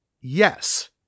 yes